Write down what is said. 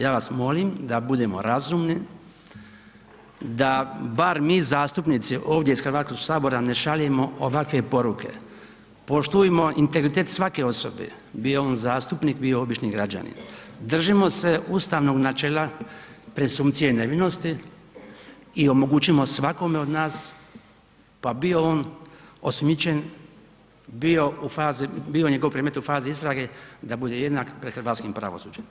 Ja vas molim da budemo razumni, da bar mi zastupnici ovdje iz HS ne šaljemo ovakve poruke, poštujmo integritet svake osobe, bio on zastupnik, bio obični građanin, držimo se ustavnog načela presumpcije nevinosti i omogućimo svakome od nas pa bio on osumnjičen, bio u fazi, bio njegov predmet u fazi istrage, da bude jednak pred hrvatskim pravosuđem.